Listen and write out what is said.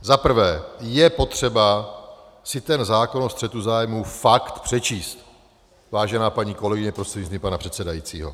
Za prvé je potřeba si ten zákon o střetu zájmů fakt přečíst, vážená paní kolegyně prostřednictvím pana předsedajícího.